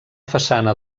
façana